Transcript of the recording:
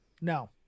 No